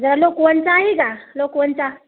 जरा लोकवनचा आहे का लोकवनचा